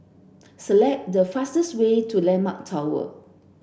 select the fastest way to Landmark Tower